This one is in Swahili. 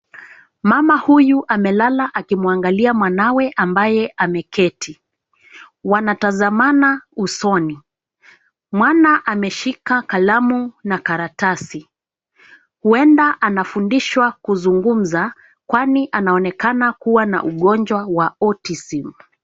Mama huyu amelala akimwangalia mwanawe ambaye ameketi. Wanatazamana usoni. Mwana ameshika kalamu na karatasi, huenda anafundishwa kuzungumza kwani anaonekana kuwa na ugonjwa wa autism .